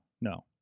No